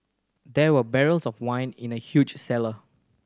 there were barrels of wine in the huge cellar